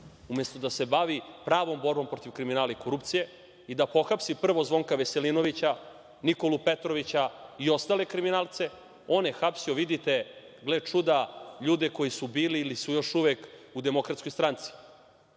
umesto da se bavi pravom borbom protiv kriminala i korupcije i da pohapsi prvo Zvonka Veselinovića, Nikolu Petrovića i ostale kriminalce, on je hapsio, vidite, gle čuda, ljude koji su bili ili su još uvek u DS, kako bi